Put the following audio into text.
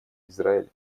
израиль